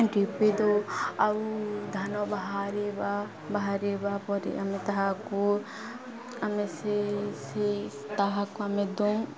DP ଦଉ ଆଉ ଧାନ ବାହାରିବା ବାହାରିବା ପରେ ଆମେ ତାହାକୁ ଆମେ ସେ ସେଇ ତାହାକୁ ଆମେ ଦଉ